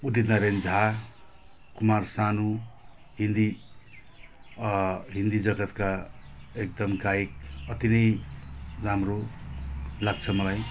उदित नारायण झा कुमार सानु हिन्दी हिन्दी जगत्का एकदम गायक अति नै राम्रो लाग्छ मलाई